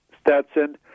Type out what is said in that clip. Stetson